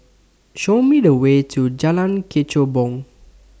Show Me The Way to Jalan Kechubong